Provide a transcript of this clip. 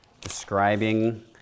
describing